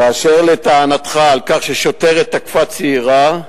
אשר לטענתך על כך ששוטרת תקפה צעירה,